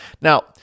Now